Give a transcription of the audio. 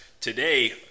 today